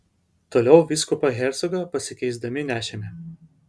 toliau vyskupą hercogą pasikeisdami nešėme